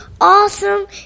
awesome